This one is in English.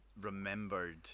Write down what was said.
remembered